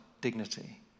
dignity